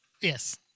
Yes